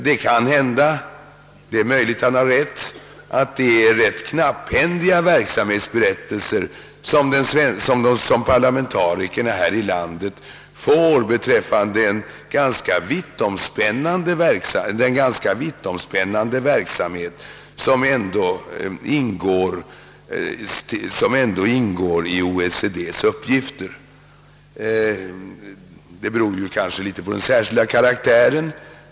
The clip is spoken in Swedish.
Det är möjligt att herr Gustafson har rätt i att de redogörelser som lämnas politikerna här i landet för den ganska vittomspännande verksamheten i OECD är ganska knapphändiga. Men det beror väl i viss mån på verksamhetens speciella karaktär.